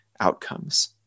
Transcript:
outcomes